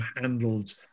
handled